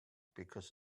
because